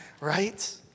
right